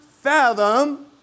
fathom